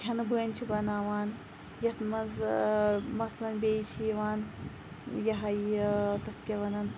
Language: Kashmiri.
کھیٚنہٕ بٲنۍ چھِ بَناوان یَتھ مَنٛز مَثلن بیٚیہِ چھِ یِوان یِہے یہِ تَتھ کیاہ وَنان